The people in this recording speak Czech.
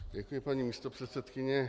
Děkuji, paní místopředsedkyně.